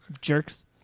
Jerks